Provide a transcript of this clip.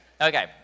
Okay